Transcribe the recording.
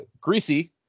Greasy